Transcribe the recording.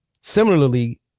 Similarly